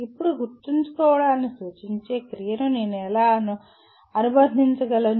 ఇప్పుడు గుర్తుంచుకోవడాన్ని సూచించే క్రియను నేను ఎలా అనుబంధించగలను